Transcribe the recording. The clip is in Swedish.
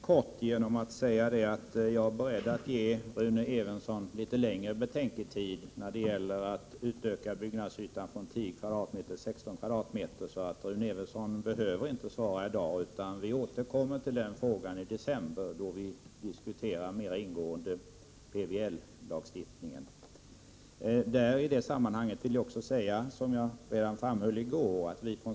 Herr talman! Jag skall fatta mig kort. Jag är beredd att ge Rune Evensson litet längre betänketid när det gäller att utöka byggnadsytan på friggebodarna från 10 m? till 16 m?. Rune Evensson behöver alltså inte svara i dag, utan vi återkommer till denna fråga i december, då vi mer ingående skall diskutera PBL-lagstiftningen.